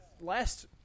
Last